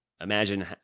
imagine